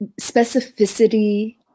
specificity